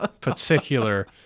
particular